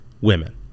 women